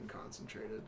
concentrated